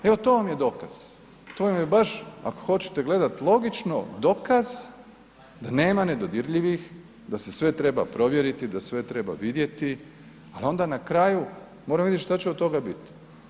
Evo to vam je dokaz, to vam je baš ako hoćete gledat logično, dokaz da nema nedodirljivih, da se sve treba provjeriti, da sve treba vidjeti ali onda na kraju, moramo vidjeti šta će od toga biti.